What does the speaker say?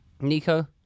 Nico